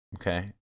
Okay